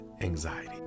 anxiety